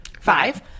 five